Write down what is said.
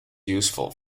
useful